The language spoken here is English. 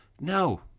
no